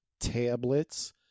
tablets